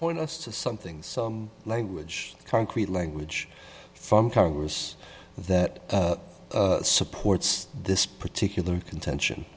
point us to something some language concrete language from congress that supports this particular contention